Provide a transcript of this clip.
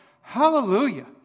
Hallelujah